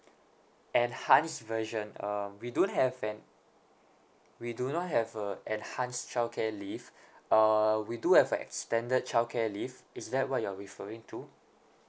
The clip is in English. enhanced version um we don't have an we do not have a enhanced childcare leave uh we do have a extended childcare leave is that what you're referring to